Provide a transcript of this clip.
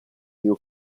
new